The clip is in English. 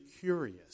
curious